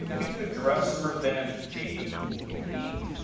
could you address for them the unique